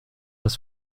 dass